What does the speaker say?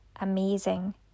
amazing